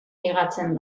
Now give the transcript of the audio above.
ligatzen